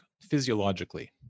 physiologically